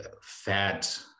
fat